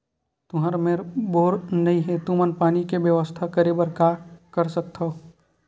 तुहर मेर बोर नइ हे तुमन पानी के बेवस्था करेबर का कर सकथव?